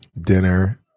dinner